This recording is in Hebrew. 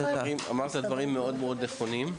אמרת דברים מאוד מאוד נכונים.